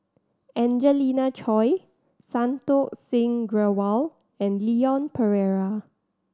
Angelina Choy Santokh Singh Grewal and Leon Perera